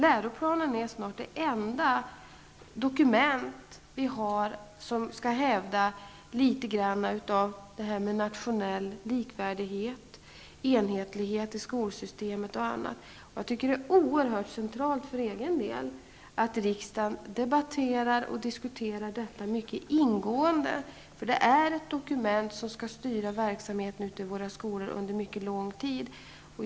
Läroplanen är snart det enda dokument vi har som skall hävda litet grand av den nationella likvärdigheten, enhetligheten i skolsystemet och annat. Jag tycker för egen del att det är oerhört centralt att riksdagen debatterar och diskuterar detta mycket ingående, för det är ett dokument som skall styra verksamheten ute i våra skolor under mycket lång tid.